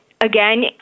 again